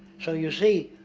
so you see,